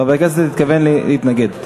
חבר הכנסת התכוון להתנגד.